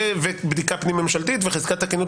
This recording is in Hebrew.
ובדיקה פנים ממשלתית וחזקת תקינות